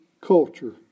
culture